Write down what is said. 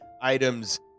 items